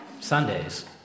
Sundays